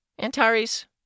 Antares